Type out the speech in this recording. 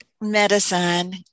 medicine